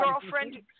girlfriend